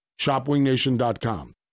ShopWingNation.com